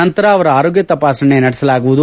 ನಂತರ ಅವರ ಆರೋಗ್ಯ ತಪಾಸಣೆ ನಡೆಸಲಾಗುವುದು